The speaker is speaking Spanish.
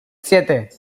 siete